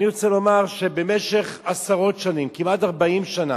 אני רוצה לומר שבמשך עשרות שנים, כמעט 40 שנה,